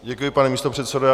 Děkuji, pane místopředsedo.